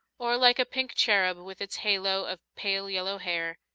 or like a pink cherub, with its halo of pale yellow hair,